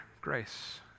grace